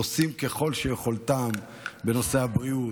עושים ככל יכולתם בנושאי הבריאות,